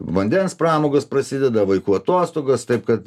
vandens pramogos prasideda vaikų atostogos taip kad